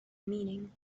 meaning